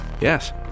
Yes